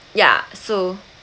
yeah so